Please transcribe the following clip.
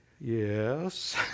yes